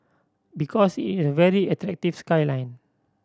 because it is a very attractive skyline